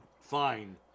Fine